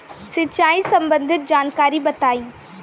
सिंचाई संबंधित जानकारी बताई?